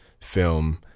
film